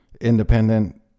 independent